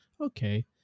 Okay